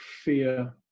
fear